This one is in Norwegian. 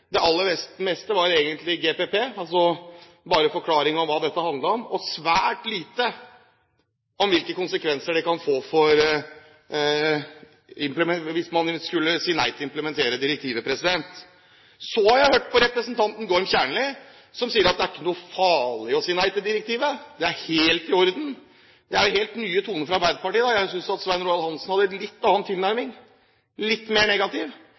Det var 30 linjer, og det aller meste var egentlig «GPP», altså bare en forklaring av hva dette handlet om. Det var svært lite om hvilke konsekvenser det kan få å si nei til å implementere direktivet. Så har jeg hørt på representanten Gorm Kjernli, som sier at det ikke er noe farlig å si nei til direktivet, at det er helt i orden. Det er jo helt nye toner fra Arbeiderpartiet. Jeg synes at Svein Roald Hansen hadde en litt annen tilnærming, litt mer negativ,